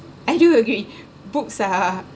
I do agree books are